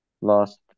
lost